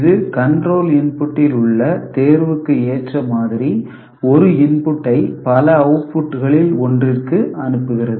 இது கண்ட்ரோல் இனபுட்டில் உள்ள தேர்வுக்கு ஏற்ற மாதிரி ஒரு இனபுட்டை பல அவுட்புட்களில் ஒன்றிற்கு அனுப்புகிறது